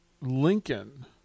Lincoln